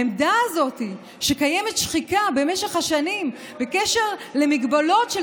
העמדה הזאת שקיימת שחיקה במשך השנים במגבלות של